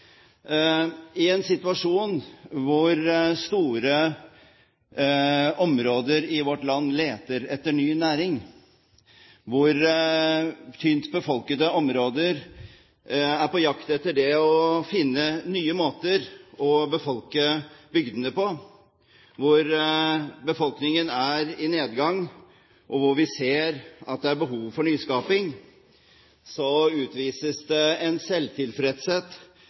I en situasjon hvor store områder i vårt land leter etter ny næring, hvor tynt befolkede områder er på jakt etter å finne nye måter å befolke bygdene på, hvor befolkningen er i nedgang, og hvor vi ser at det er behov for nyskaping, utvises det en selvtilfredshet